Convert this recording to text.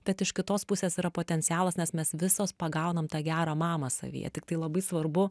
bet iš kitos pusės yra potencialas nes mes visos pagaunam tą gerą mamą savyje tiktai labai svarbu